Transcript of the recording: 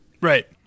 Right